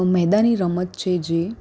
મેદાની રમત છે જે